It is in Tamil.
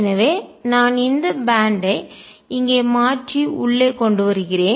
எனவே நான் இந்த பேன்ட் ஐ பட்டை இங்கே மாற்றி உள்ளே கொண்டு வருகிறேன்